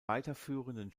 weiterführenden